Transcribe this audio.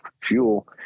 fuel